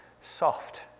Soft